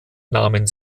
nahmen